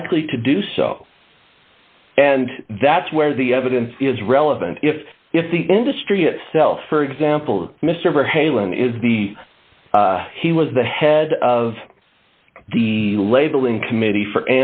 likely to do so and that's where the evidence is relevant if if the industry itself for example mr hamlin is the he was the head of the labeling committee for